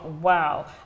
wow